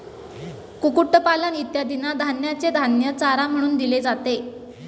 कुक्कुटपालन इत्यादींना धान्याचे धान्य चारा म्हणून दिले जाते